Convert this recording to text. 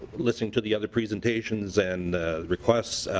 listen to the other presentations and requests